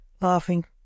laughing